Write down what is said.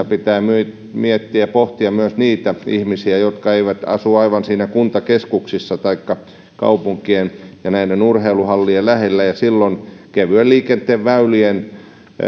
pitää miettiä ja pohtia myös niitä ihmisiä jotka eivät asu aivan niissä kuntakeskuksissa taikka kaupunkien ja näiden urheiluhallien lähellä ja silloin ke vyen liikenteen väylien